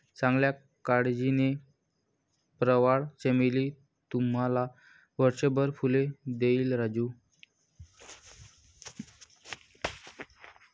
चांगल्या काळजीने, प्रवाळ चमेली तुम्हाला वर्षभर फुले देईल राजू